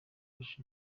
bush